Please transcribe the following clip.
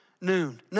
noon